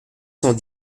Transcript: cent